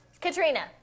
Katrina